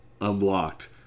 unblocked